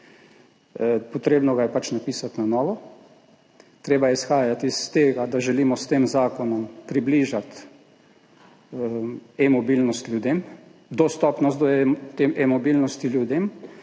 Potrebno ga je pač napisati na novo. Treba je izhajati iz tega, da želimo s tem zakonom približati e-mobilnost ljudem, dostopnost do te e-mobilnosti ljudem